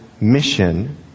mission